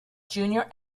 junior